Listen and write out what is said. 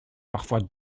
parfois